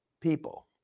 people